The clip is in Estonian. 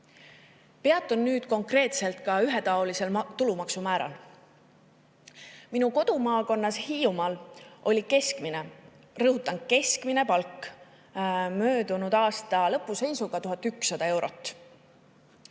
nüüd konkreetselt ühetaolisel tulumaksu määral. Minu kodumaakonnas Hiiumaal oli keskmine – rõhutan: keskmine – palk möödunud aasta lõpu seisuga 1100 eurot.